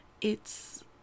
it's-